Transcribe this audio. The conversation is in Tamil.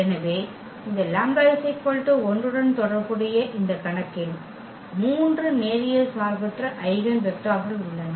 எனவே இந்த λ 1 உடன் தொடர்புடைய இந்த கணக்கில் மூன்று நேரியல் சார்பற்ற ஐகென் வெக்டர்கள் உள்ளன